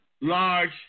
large